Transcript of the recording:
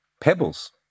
pebbles